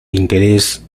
interés